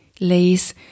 lays